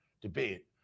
debate